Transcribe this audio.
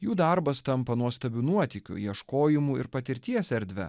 jų darbas tampa nuostabiu nuotykiu ieškojimų ir patirties erdve